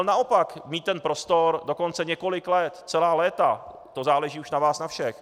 Naopak mít ten prostor dokonce několik let, celá léta, to záleží už na vás na všech.